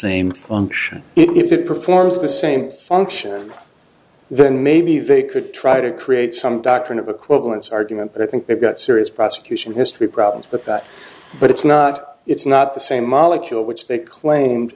same function if it performs the same function then maybe they could try to create some doctrine of equivalence argument but i think they've got serious prosecution history problems with that but it's not it's not the same molecule which they claimed